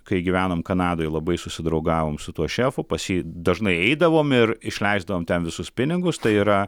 kai gyvenom kanadoj labai susidraugavom su tuo šefu pas jį dažnai eidavom ir išleisdavom ten visus pinigus tai yra